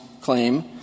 claim